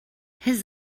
his